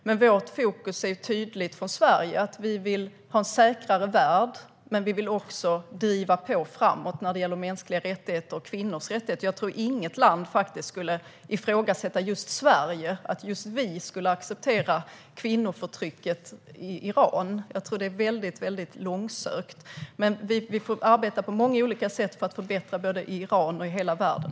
Men Sveriges fokus är tydligt. Vi vill ha en säkrare värld. Men vi vill också driva på framåt när det gäller mänskliga rättigheter och kvinnors rättigheter. Jag tror inte att något land skulle ifrågasätta just Sverige och tänka att just vi skulle acceptera kvinnoförtrycket i Iran. Jag tror att det är väldigt långsökt. Men vi får arbeta på många olika sätt för att förbättra både i Iran och i hela världen.